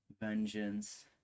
Vengeance